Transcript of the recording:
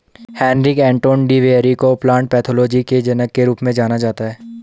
Heinrich Anton de Bary को plant pathology के जनक के रूप में जाना जाता है